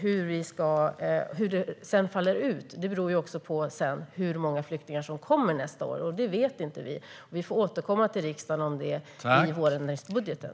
Hur det sedan faller ut beror på hur många flyktingar som kommer nästa år, men det vet vi inte. Vi får återkomma till riksdagen om det i vårändringsbudgeten.